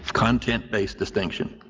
content-based distinction,